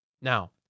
Now